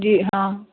जी हाँ